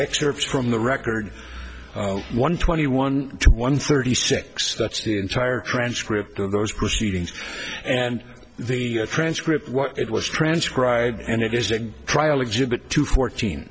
excerpts from the record one twenty one two one thirty six that's the entire transcript of those proceedings and the transcript what it was transcribed and it is a trial exhibit two fourteen